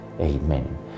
Amen